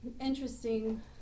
interesting